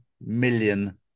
million